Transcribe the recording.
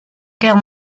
guerre